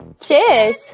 Cheers